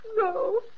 No